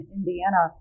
Indiana